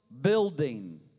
building